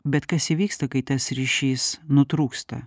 bet kas įvyksta kai tas ryšys nutrūksta